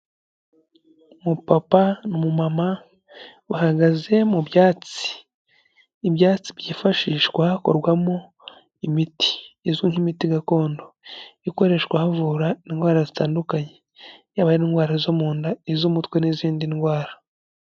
Umupapa n'umumama bahagaze mu byatsi, ibyatsi byifashishwa hakorwamo imiti izwi nk'imiti gakondo ikoreshwa havura indwara zitandukanye yaba ari indwara zo mu nda, iz'umutwe n'izindi ndwara.